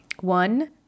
one